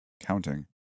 counting